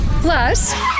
Plus